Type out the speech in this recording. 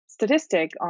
statistic